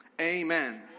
amen